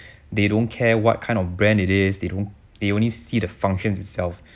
they don't care what kind of brand it is they don't they only see the functions itself